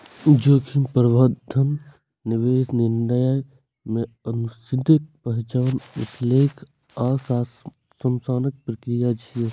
जोखिम प्रबंधन निवेश निर्णय मे अनिश्चितताक पहिचान, विश्लेषण आ शमनक प्रक्रिया छियै